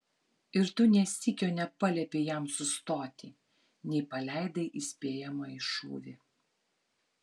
ir tu nė sykio nepaliepei jam sustoti nei paleidai įspėjamąjį šūvį